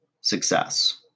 success